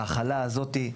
ההחלה הזאת,